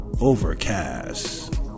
Overcast